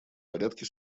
порядке